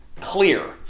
clear